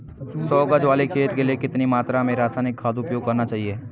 सौ गज वाले खेत के लिए कितनी मात्रा में रासायनिक खाद उपयोग करना चाहिए?